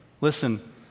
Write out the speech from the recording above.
Listen